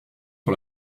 sur